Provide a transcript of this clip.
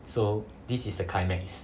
so this is the climax